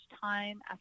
time